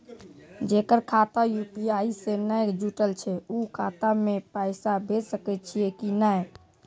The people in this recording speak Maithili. जेकर खाता यु.पी.आई से नैय जुटल छै उ खाता मे पैसा भेज सकै छियै कि नै?